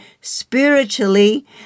spiritually